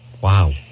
Wow